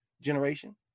generation